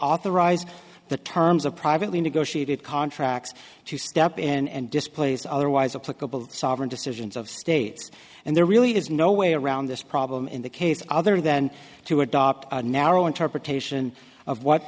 authorize the terms of privately negotiated contracts to step in and and displays otherwise of clickable sovereign decisions of states and there really is no way around this problem in the case other than to adopt a narrow interpretation of what